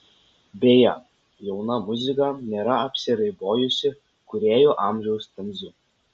beje jauna muzika nėra apsiribojusi kūrėjų amžiaus cenzu